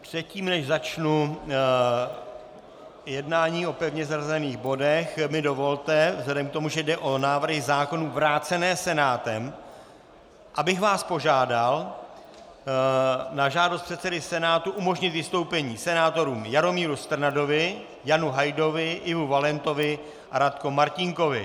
Předtím, než začnu jednání o pevně zařazených bodech, mi dovolte vzhledem k tomu, že jde o návrhy zákonů vrácené Senátem, abych vás požádal na žádost předsedy Senátu umožnit vystoupení senátorům Jaromíru Strnadovi, Janu Hajdovi, Ivu Valentovi a Radko Martínkovi.